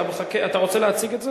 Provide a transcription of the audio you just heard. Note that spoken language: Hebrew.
אתה רוצה להציג את זה?